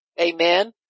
Amen